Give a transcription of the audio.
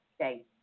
Okay